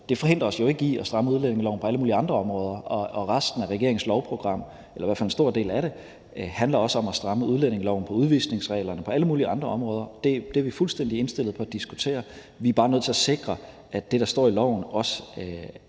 Det forhindrer os jo ikke i at stramme udlændingeloven på alle mulige andre områder, og resten af regeringens lovprogram, eller i hvert fald en stor del af det, handler også om at stramme udlændingeloven på udvisningsreglerne og på alle mulige andre områder. Det er vi fuldstændig indstillet på at diskutere, men vi er bare nødt til at sikre, at det, der står i loven,